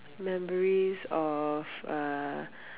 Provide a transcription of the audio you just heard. memories of uh